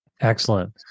excellent